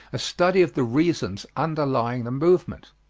a study of the reasons underlying the movement.